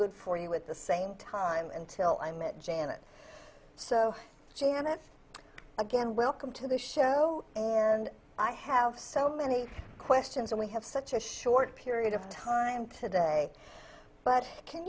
good for you at the same time until i met janet so janet again welcome to the show and i have so many questions and we have such a short period of time today but can